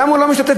למה הוא לא משתתף?